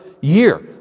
year